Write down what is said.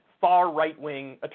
far-right-wing